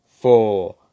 four